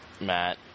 Matt